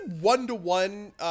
one-to-one